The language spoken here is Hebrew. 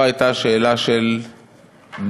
לא הייתה שאלה של ניצחון.